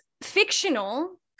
fictional